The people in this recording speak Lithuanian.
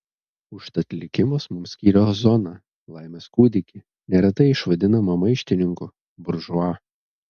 užtat likimas mums skyrė ozoną laimės kūdikį neretai išvadinamą maištininku buržua